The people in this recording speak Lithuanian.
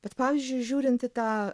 bet pavyzdžiui žiūrint į tą